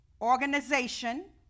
organization